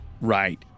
right